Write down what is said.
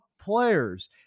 players